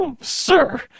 Sir